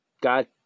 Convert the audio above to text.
God